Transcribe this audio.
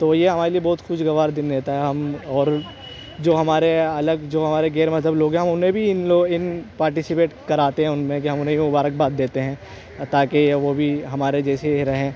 تو یہ ہمارے لیے بہت خوشگوار دن رہتا ہے ہم اور جو ہمارے الگ جو ہمارے غیر مذہب لوگ ہیں ہم انہیں بھی ان ان پارٹیسپیٹ کراتے ہیں ان میں کہ ہم انہیں بھی مبارکباد دیتے ہیں تاکہ وہ بھی ہمارے جیسے ہی رہیں